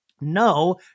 No